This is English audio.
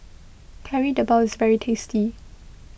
Kari Debal is very tasty